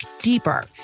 deeper